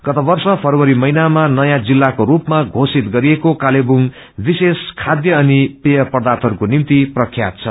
गत वर्ष फरवरी महिनामा नयाँ जिल्लाको रूपमा चोषित गरिएको कालेबुङ विशेष खाध्य अनि पेय पर्दाथहरूको निम्ति प्रख्यात छ